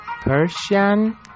Persian